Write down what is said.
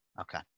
Okay